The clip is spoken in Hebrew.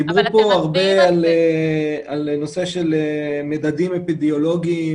דיברו פה הרבה על מדדים אפידמיולוגיים